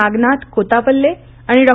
नागनाथ कोतापल्ले आणि डॉ